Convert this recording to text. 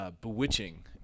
bewitching